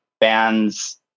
bands